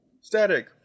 Static